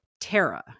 Tara